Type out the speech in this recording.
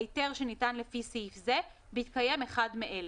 היתר שניתן לפי סעיף זה בהתקיים אחד מאלה: